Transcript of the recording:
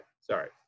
sorry